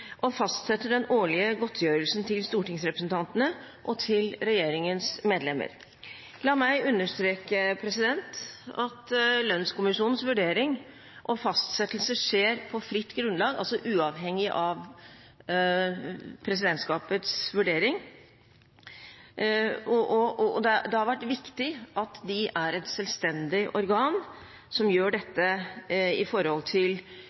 å fastsette den årlige godtgjørelsen til stortingsrepresentantene og regjeringens medlemmer.» La meg understreke at lønnskommisjonens vurdering og fastsettelse skjer på fritt grunnlag, altså uavhengig av presidentskapets vurdering, og det har vært viktig at de er et selvstendig organ som gjør dette i forhold til